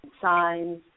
signs